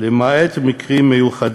למעט במקרה מיוחד